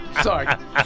Sorry